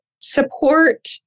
support